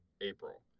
April